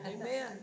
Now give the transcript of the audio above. Amen